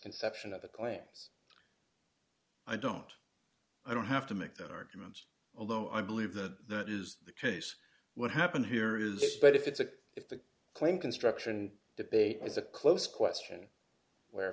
conception of the claims i don't i don't have to make that argument although i believe that that is the case what happened here is but if it's it if the claim construction debate is a close question where